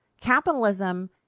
Capitalism